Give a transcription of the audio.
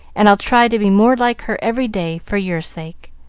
and i'll try to be more like her every day, for your sake.